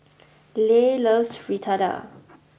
Leigh loves Fritada